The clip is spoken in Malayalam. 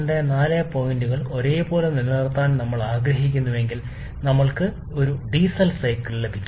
1 2 4 പോയിന്റുകൾ ഒരേപോലെ നിലനിർത്താൻ ഞങ്ങൾ ആഗ്രഹിക്കുന്നുവെങ്കിൽ നമുക്ക് എങ്ങനെ ഒരു ഡീസൽ സൈക്കിൾ ലഭിക്കും